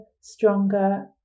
stronger